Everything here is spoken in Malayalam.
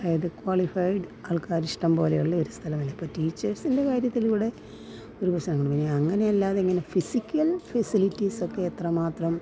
അതായത് ക്വാളിഫൈഡ് ആൾക്കാർ ഇഷ്ടം പോലെ ഉള്ള ഒരു സ്ഥലമാല്ലേ അപ്പോൾ ടീച്ചേഴ്സിൻ്റെ കാര്യത്തിലിവിടെ ഒരു പക്ഷേ അങ്ങനെയല്ലാതെ ഇങ്ങനെ ഫിസിക്കൽ ഫെസിലിറ്റീസൊക്കെ എത്രമാത്രം